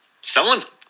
someone's